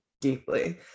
deeply